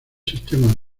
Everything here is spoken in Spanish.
sistemas